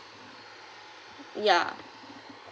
ya